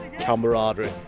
camaraderie